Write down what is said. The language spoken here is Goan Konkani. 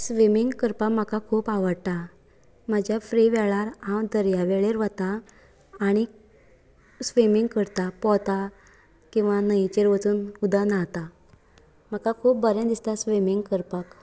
स्विमिंग करपाक म्हाका खूब आवडटा म्हज्या फ्रि वेळार हांव दर्यावेळेर वता आनीक स्विमिंग करतां पोंवता किंवां न्हंयेचेर वचून उदक न्हाता म्हाका खूब बरें दिसता स्विमींग करपाक